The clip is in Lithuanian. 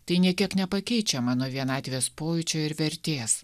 tai nė kiek nepakeičia mano vienatvės pojūčio ir vertės